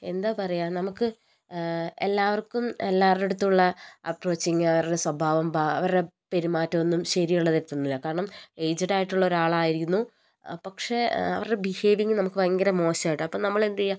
എന്താ പറയാ നമുക്ക് എല്ലാവർക്കും എല്ലാരടുത്തും ഉള്ള അപ്പ്രോച്ചിങ് അവരുടെ സ്വഭാവം ഭാ അവരുടെ പെരുമാറ്റം ഒന്നും ശരിയുള്ള തരത്തിലല്ല കാരണം ഏജ്ട് ആയിട്ടുള്ള ഒരാളായിരുന്നു പക്ഷേ അവരുടെ ബിഹേവിങ് നമുക്ക് ഭയങ്കര മോശാട്ടോ അപ്പോൾ നമ്മൾ എന്ത് ചെയ്യുക